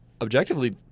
objectively